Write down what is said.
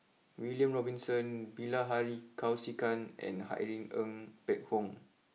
William Robinson Bilahari Kausikan and Irene Ng Phek Hoong